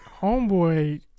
Homeboy